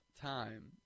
time